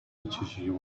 reaches